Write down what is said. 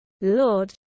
Lord